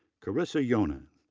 carissa yonan,